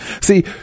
See